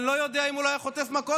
אני לא יודע אם הוא לא היה גם חוטף מכות.